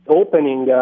opening